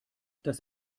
das